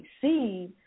see